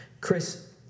Chris